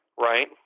right